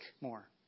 more